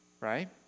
right